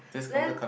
then